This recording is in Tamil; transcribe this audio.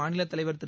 மாநிலத் தலைவர் திரு